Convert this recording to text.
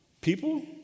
People